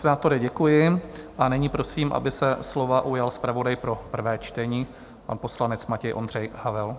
Pane senátore, děkuji, a nyní prosím, aby se slova ujal zpravodaj pro prvé čtení, pan poslanec Matěj Ondřej Havel.